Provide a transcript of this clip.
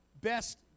best